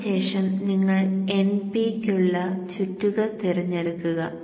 അതിനുശേഷം നിങ്ങൾ Np യ്ക്കുള്ള ചുറ്റുകൾ തിരഞ്ഞെടുക്കുക